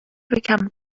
become